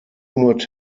not